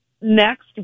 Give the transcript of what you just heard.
next